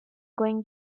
going